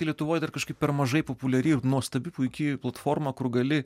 tai lietuvoj dar kažkaip per mažai populiari ir nuostabi puiki platforma kur gali